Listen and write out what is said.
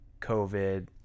COVID